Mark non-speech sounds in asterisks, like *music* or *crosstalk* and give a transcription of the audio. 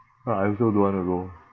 *noise* I also don't want to go